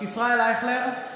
ישראל אייכלר,